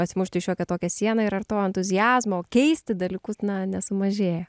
atsimušti į šiokią tokią sieną ir ar to entuziazmo keisti dalykus na nesumažėja